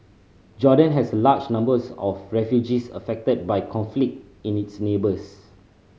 Jordan has a large numbers of refugees affected by conflict in its neighbours